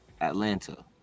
Atlanta